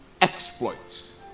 exploits